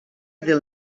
del